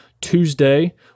Tuesday